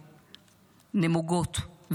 נמוגות,